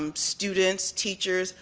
um students, teachers,